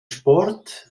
sport